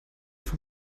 vom